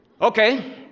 Okay